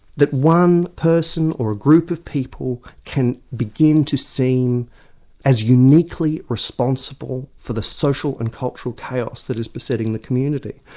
that one person, or a group of people can begin to seem as uniquely responsible for the social and cultural chaos that is besetting the community.